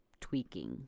tweaking